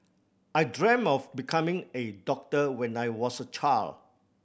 I dreamt of becoming a doctor when I was a child